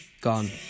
Gone